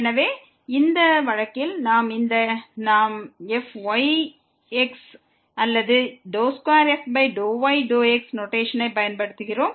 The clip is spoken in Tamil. எனவே இந்த வழக்கில் நாம் fyx அல்லது 2f∂y∂x நோட்டேஷனைப் பயன்படுத்துகிறோம்